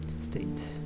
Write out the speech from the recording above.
state